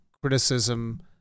criticism